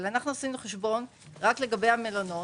אבל אנחנו עשינו חשבון רק לגבי המלונות.